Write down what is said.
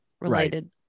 related